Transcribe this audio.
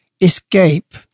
escape